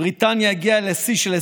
בריטניה הגיעה לשיא של 27,